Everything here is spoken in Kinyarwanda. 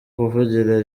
kuvugira